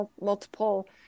multiple